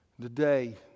today